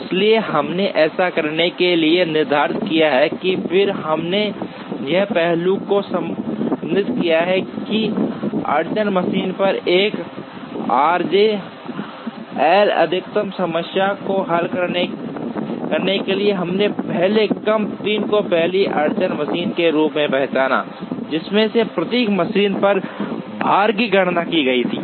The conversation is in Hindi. इसलिए हमने ऐसा करने के लिए निर्धारित किया है और फिर हमने इस पहलू को संबंधित किया है कि अड़चन मशीन पर 1 आरजे एल अधिकतम समस्या को हल करने के लिए हमने पहले एम 3 को पहली अड़चन मशीन के रूप में पहचाना जिसमें से प्रत्येक मशीन पर भार की गणना की गई थी